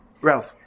Ralph